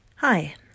Hi